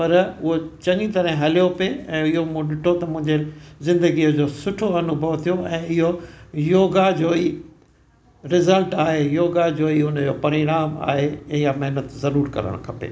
पर हूअ चङी तरह हलियो पए ऐं इहो मूं ॾिठो त मुंहिंजे ज़िन्दगीअ जो सुठो अनुभव थियो ऐं इहो योगा जो ई रिज़ल्ट आहे योगा जो ई इन जो परिणाम आहे इहा महिनत ज़रूरु करणु खपे